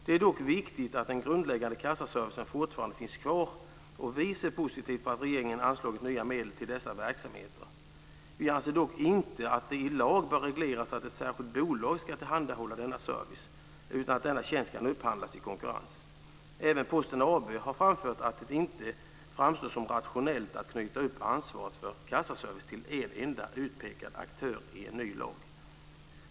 Det är dock viktigt att den grundläggande kassaservicen fortfarande finns kvar. Vi ser positivt på att regeringen anslagit nya medel till dessa verksamheter. Vi anser dock inte att det i lag bör regleras att ett särskilt bolag ska tillhandahålla denna service utan att denna tjänst kan upphandlas i konkurrens. Även Posten AB har framfört att det inte framstår som rationellt att knyta upp ansvaret för kassaservicen till en enda utpekad aktör i en ny lag.